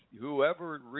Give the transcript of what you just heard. whoever